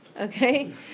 okay